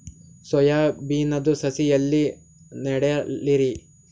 Soya ಬಿನದು ಸಸಿ ಎಲ್ಲಿ ನೆಡಲಿರಿ?